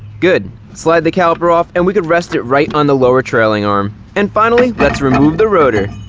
good. slide the caliper off, and we can rest it right on the lower trailing arm. and finally, let's remove the rotor.